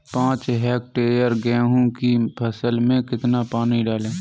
पाँच हेक्टेयर गेहूँ की फसल में कितना पानी डालें?